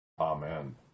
Amen